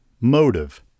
motive